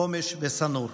חומש ושא-נור.